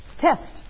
test